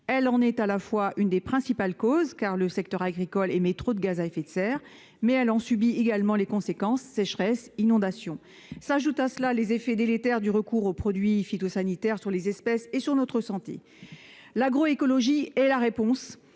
Elle en est l'une des principales causes, car le secteur agricole émet trop de gaz à effet de serre, mais elle en subit également les conséquences : sécheresses, inondations. À cela s'ajoutent les effets délétères du recours aux produits phytosanitaires sur les espèces et sur notre santé. L'agroécologie est la réponse